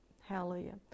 Hallelujah